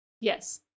Yes